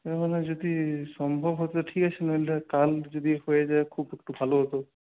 হ্যাঁ মানে যদি সম্ভব হত ঠিক আছে নইলে কাল যদি হয়ে যায় খুব একটু ভালো হত